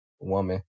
woman